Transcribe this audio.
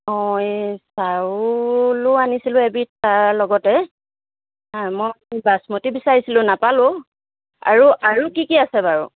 অঁ এই চাউলো আনিছিলোঁ এবিধ তাৰ লগতে মই বাচমতি বিচাৰিছিলোঁ নাপালোঁ আৰু আৰু কি কি আছে বাৰু